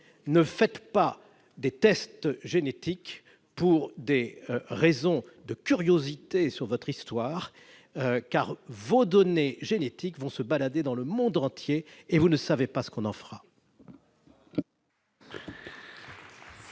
ne faites pas des tests génétiques au prétexte que vous êtes curieux de votre histoire, car vos données génétiques vont se balader dans le monde entier et vous ne savez pas ce que l'on en fera.